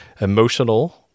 emotional